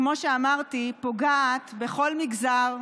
שאמרתי פוגעת בכל מגזר,